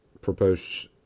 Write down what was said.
proposed